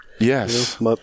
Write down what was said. Yes